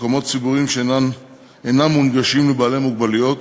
מקומות ציבוריים שאינם מונגשים לבעלי מוגבלות,